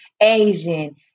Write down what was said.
Asian